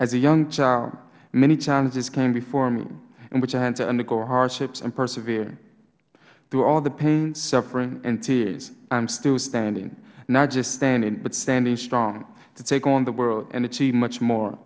as a young child many challenges came before me in which i had to undergo hardships and persevere through all the pain suffering and tears i am still standing not just standing but standing strong ready to take on the world and achieve much more